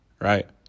right